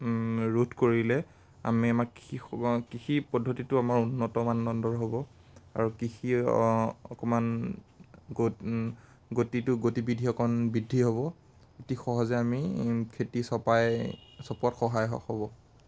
ৰোধ কৰিলে আমি আমাৰ কৃষি কৃষি পদ্ধতিটো আমাৰ উন্নত মানদণ্ডৰ হ'ব আৰু কৃষি অকণমান গত গতিটো গতিবিধি অকণ বৃদ্ধি হ'ব অতি সহজে আমি খেতি চপাই চপোৱাত সহায় হ'ব